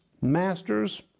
masters